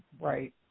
right